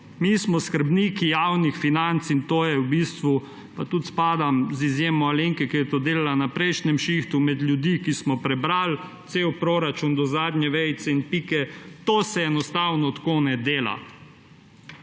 Mi smo skrbniki javnih financ in to – pa tudi spadam, z izjemo Alenke, ki je to delala na prejšnjem šihtu, med ljudi, ki smo prebrali cel proračun do zadnje vejice in pike – se enostavno tako ne dela.